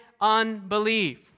unbelief